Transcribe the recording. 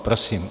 Prosím.